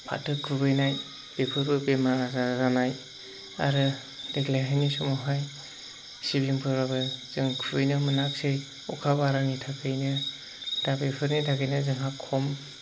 फाथो खुबैनाय बेफोरबो बेमार आजार जानाय आरो देग्लायहायनि समावहाय सिबिंफोरबो जों खुहैनो मोनासै अखा बरानि थाखायनो दा बेफोरनि थाखायनो जोंहा खम